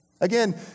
Again